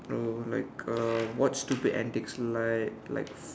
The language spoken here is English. oh like uh what stupid antics like like